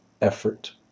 effort